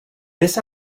this